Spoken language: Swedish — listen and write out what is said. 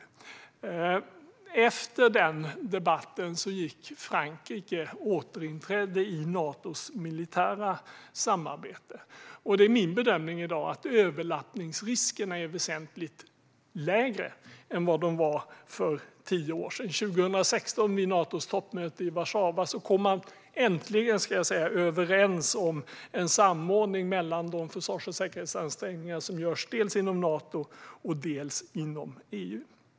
Efter den debatten återinträdde Frankrike i Natos militära samarbete. Det är min bedömning att överlappningsriskerna i dag är väsentligt lägre än vad de var för tio år sedan. Vid Natos toppmöte i Warszawa 2016 kom man äntligen överens om en samordning mellan de försvars och säkerhetsansträngningar som görs dels inom Nato, dels inom EU.